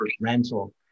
rental